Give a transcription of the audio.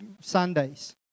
Sundays